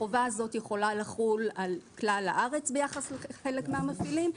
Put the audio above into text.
החובה הזאת יכולה לחול על כלל הארץ ביחס לחלק מהמפעילים,